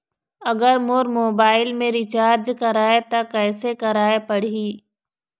अगर मोर मोबाइल मे रिचार्ज कराए त कैसे कराए पड़ही?